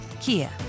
Kia